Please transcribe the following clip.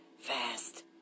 Fast